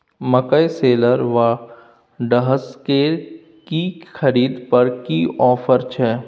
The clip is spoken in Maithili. मकई शेलर व डहसकेर की खरीद पर की ऑफर छै?